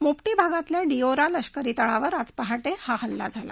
Mopti भागातल्या Dioura लष्करी तळावर आज पहाटे हा हल्ला झाला